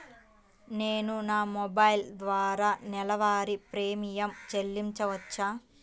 నేను నా మొబైల్ ద్వారా నెలవారీ ప్రీమియం చెల్లించవచ్చా?